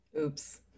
Oops